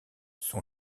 son